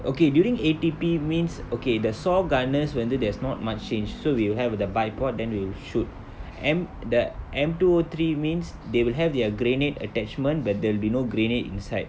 okay during A_T_P means okay the saw gunners whether there's not much change so we'll have the bipod then we'll shoot M the M two O three means they will have their grenade attachment but there'll be no grenade inside